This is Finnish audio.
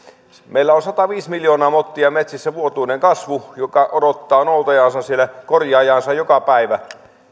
meillä on sataviisi miljoonaa mottia metsissä vuotuinen kasvu joka odottaa noutajaansa siellä korjaajaansa joka päivä